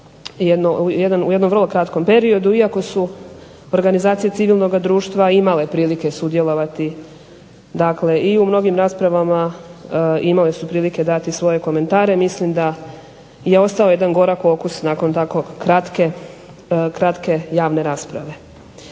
u jednom vrlo kratkom periodu iako su organizacije civilnoga društva imale prilike sudjelovati dakle i u mnogim raspravama imale su prilike dati svoje komentare. Mislim da je ostao jedan gorak okus nakon tako kratke javne rasprave.